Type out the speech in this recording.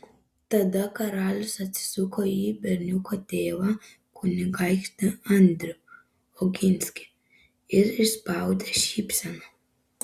tada karalius atsisuko į berniuko tėvą kunigaikštį andrių oginskį ir išspaudė šypseną